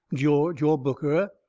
george or booker.